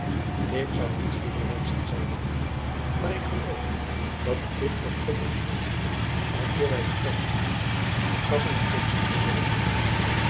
ik zoû niets liever wenschen zeide de witt maar ik geloof dat de plicht nog op ons rust aleer wy vertrekken de kassen en kisten te verzegelen